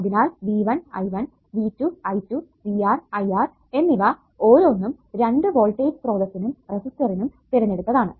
അതിനാൽ V1 I1 V2 I2 VR IR എന്നിവ ഓരോന്നും രണ്ടു വോൾടേജ് സ്രോതസ്സിനും റെസിസ്റ്ററിനും തിരഞ്ഞെടുത്തതാണ്